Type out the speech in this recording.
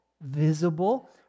visible